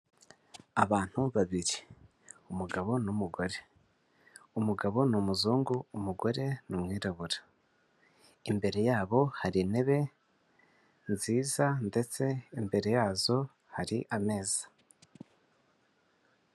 Abantu babiri umugabo n'umugore, umugabo ni umuzungu, umugore ni umwirabura, imbere yabo hari intebe nziza ndetse imbere yazo hari ameza.